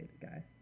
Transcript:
guy